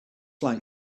like